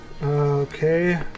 Okay